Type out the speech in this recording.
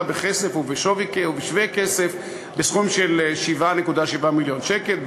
בכסף ובשווה-כסף בסכום של 7.7 מיליון שקל,